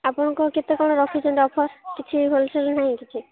ଆପଣଙ୍କ କେତେ କ'ଣ ରଖୁଛନ୍ତି ଅଫର୍ କିଛି ହୋଲସେଲ୍ ନାହିଁ କିଛି